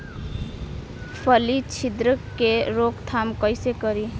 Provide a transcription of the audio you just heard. फली छिद्रक के रोकथाम कईसे करी?